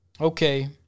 okay